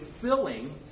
filling